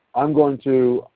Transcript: i'm going to,